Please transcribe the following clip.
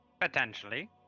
potentially